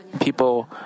people